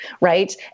right